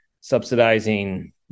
subsidizing